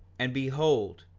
and behold,